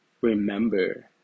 remember